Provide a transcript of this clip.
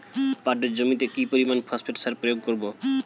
পাটের জমিতে কি পরিমান ফসফেট সার প্রয়োগ করব?